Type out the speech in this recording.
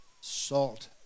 salt